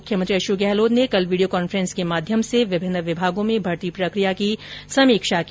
मुख्यमंत्री अशोक गहलोत ने कल वीडियो कांफ्रेंस के माध्यम से विभिन्न विभागों में भर्ती प्रक्रिया की समीक्षा की